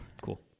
Cool